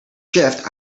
shift